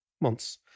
months